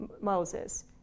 Moses